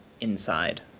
inside